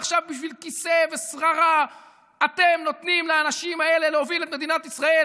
ועכשיו בשביל כיסא ושררה אתם נותנים לאנשים האלה להוביל את מדינת ישראל.